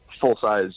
full-size